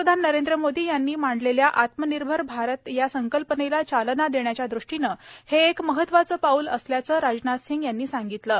प्रधानमंत्री नरेंद्र मोदी यांनी मांडलेल्या आत्मनिर्भर भारत या संकल्पनेला चालना देण्याच्यादृष्टीनं हे एक महत्त्वाचं पाऊल असल्याचं राजनाथ सिंह यांनी म्हटलं आहे